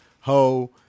Ho